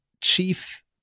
chief